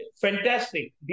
Fantastic